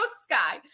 sky